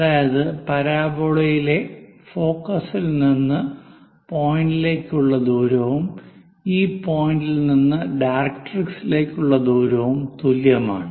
അതായത് പരാബോളയിലെ ഫോക്കസിൽ നിന്ന് പോയിന്റിലേക്കുള്ള ദൂരവും ഈ പോയിന്റിൽ നിന്ന് ഡയറക്ട്രിക്സിലേക്കുള്ള ദൂരവും തുല്യമാണ്